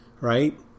right